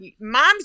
Mom's